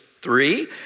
Three